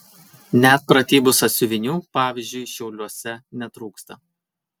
net pratybų sąsiuvinių pavyzdžiui šiauliuose netrūksta